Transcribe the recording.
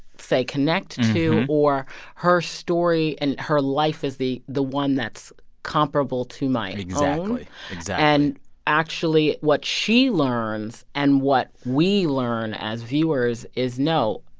say, connect to, or her story and her life is the the one that's comparable to my own exactly so and actually, what she learns and what we learn as viewers is, no,